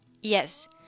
Yes